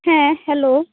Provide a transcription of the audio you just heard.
ᱦᱮᱸ ᱦᱮᱞᱳ